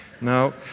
Now